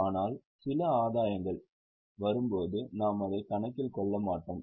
ஆனால் சில ஆதாயங்கள் வரும்போது நாம் அதைக் கணக்கில் கொள்ள மாட்டோம்